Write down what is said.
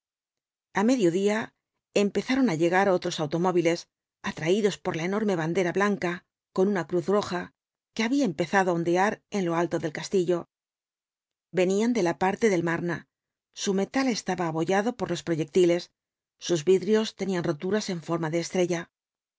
a mediodía empezaron á llegar otros automóviles atraídos por la enorme bandera blanca con una cruz roja que había empezado á ondear en lo alto del castillo venían de la parte del mame su metal estaba abollado por los proyectiles sus vidrios tenían roturas en forma de estrella